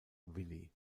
willy